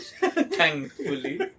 Thankfully